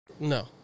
No